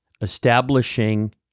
establishing